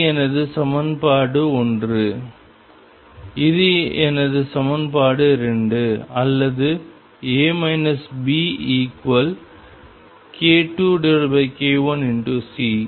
இது எனது சமன்பாடு 1 இது எனது சமன்பாடு 2 அல்லது A Bk2k1C